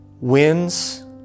wins